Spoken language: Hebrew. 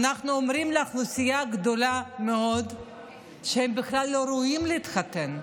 אנחנו אומרים לאוכלוסייה גדולה מאוד שהם בכלל לא ראויים להתחתן,